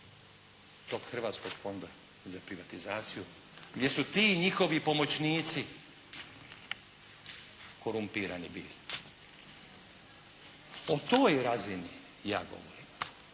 tog Hrvatskog fonda za privatizaciju, gdje su ti njihovi pomoćnici korumpirani bili? O toj razini ja govorim.